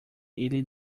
ele